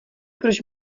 proč